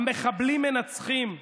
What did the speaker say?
המחבלים מנצחים.